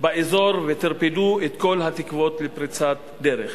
וטרפדו את כל התקוות לפריצת דרך.